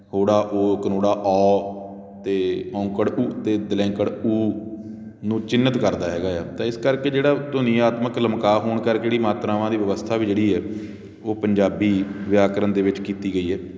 ਹੋੜਾ ਓ ਕਨੋੜਾ ਔ ਅਤੇ ਔਂਕੜ ਉ ਅਤੇ ਦੁਲੈਂਕੜ ਊ ਨੂੰ ਚਿੰਨ੍ਹਤ ਕਰਦਾ ਹੈਗਾ ਆ ਤਾਂ ਇਸ ਕਰਕੇ ਜਿਹੜਾ ਧੁਨੀਆਤਮਕ ਲਮਕਾ ਹੋਣ ਕਰਕੇ ਜਿਹੜੀ ਮਾਤਰਾਵਾਂ ਦੀ ਵਿਵਸਥਾ ਵੀ ਜਿਹੜੀ ਹੈ ਉਹ ਪੰਜਾਬੀ ਵਿਆਕਰਨ ਦੇ ਵਿੱਚ ਕੀਤੀ ਗਈ ਹੈ